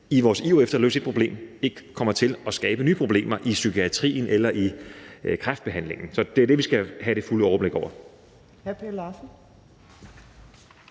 i vores iver efter at løse et problem ikke kommer til at skabe nye problemer i psykiatrien eller i kræftbehandlingen. Så det er det, vi skal have det fulde overblik over.